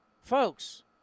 Folks